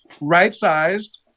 right-sized